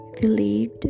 believed